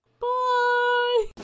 Bye